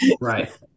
right